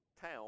town